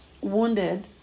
wounded